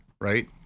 right